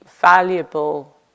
valuable